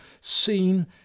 seen